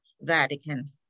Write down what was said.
Vatican